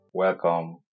Welcome